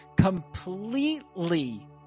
completely